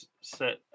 set